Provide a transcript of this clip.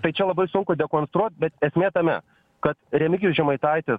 tai čia labai sunku dekonstruot bet esmė tame kad remigijų žemaitaitį